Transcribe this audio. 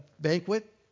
banquet